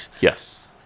yes